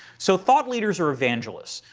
so thought leaders are evangelists.